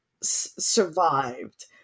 survived